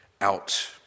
out